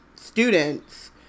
students